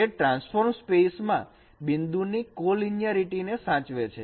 તે ટ્રાન્સફોર્મડ સ્પેસમાં બિંદુની કોલીનિયારીટી ને સાચવે છે